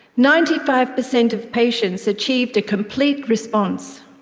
ninety five percent of patients achieved a complete response.